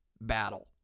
battle